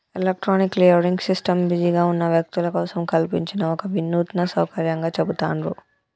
electronic clearing system బిజీగా ఉన్న వ్యక్తుల కోసం కల్పించిన ఒక వినూత్న సౌకర్యంగా చెబుతాండ్రు